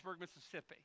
Mississippi